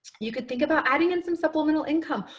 you could think about adding in some supplemental income.